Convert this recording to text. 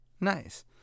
Nice